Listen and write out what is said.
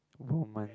woman